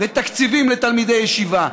והתקציבים לתלמידי ישיבה,